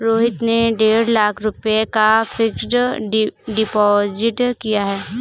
रोहित ने डेढ़ लाख रुपए का फ़िक्स्ड डिपॉज़िट किया